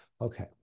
Okay